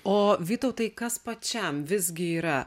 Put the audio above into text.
o vytautai kas pačiam visgi yra